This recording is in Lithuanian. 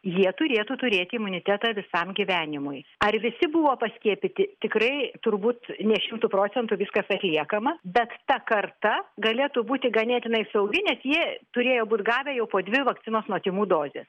jie turėtų turėti imunitetą visam gyvenimui ar visi buvo paskiepyti tikrai turbūt ne šimtu procentų viskas atliekama bet ta karta galėtų būti ganėtinai saugi nes jie turėjo būt gavę jau po dvi vakcinos nuo tymų dozes